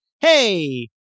Hey